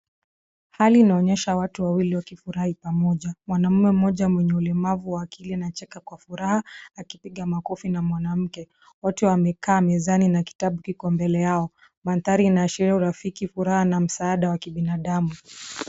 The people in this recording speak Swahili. Hali inaonyesha watu wawili wakifurahia pamoja. Mwanaume mmoja mwenye ulemavu wa akili anacheka kwa furaha akipiga makofi na mwanamke. Wote wamekaa mezani na kitabu kiko mbele yao. Mandhari inaashiria urafiki, furaha na msaada wa kibinadamu.